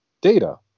data